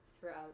throughout